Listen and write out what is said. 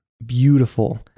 beautiful